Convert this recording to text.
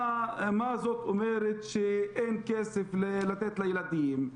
מה זאת אומרת שאין כסף לתת לילדים,